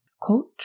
Coach